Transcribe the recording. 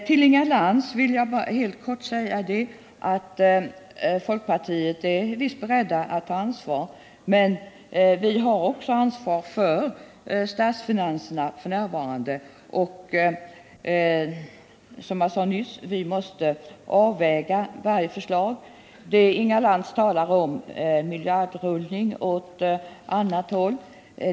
Jag vill helt kort säga till Inga Lantz att folkpartiet visst är berett att ta ansvar, men vi har också ansvar för statsfinanserna f. n. Som jag sade nyss måste vi avväga varje förslag. Inga Lantz talar om miljardrullning åt annat håll.